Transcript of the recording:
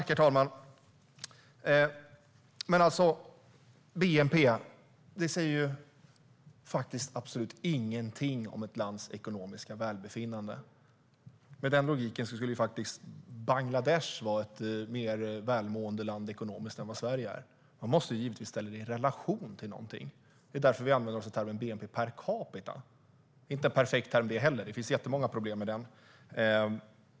Herr talman! Bnp säger faktiskt ingenting om ett lands ekonomiska välbefinnande. Med den logiken skulle Bangladesh vara ett mer välmående land ekonomiskt än vad Sverige är. Man måste givetvis ställa bnp i relation till någonting, det är därför som vi använder oss av termen bnp per capita. Det är inte en perfekt term det heller. Det finns jättemånga problem med den.